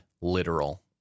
literal